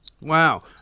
wow